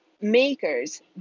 makers